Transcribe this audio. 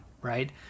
Right